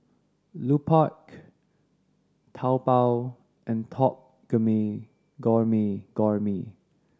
Lupark Taobao and Top Gourmet